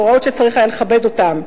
הוראות שצריך היה לכבד אותן.